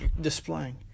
displaying